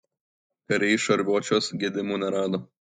kariai šarvuočiuos gedimų nerado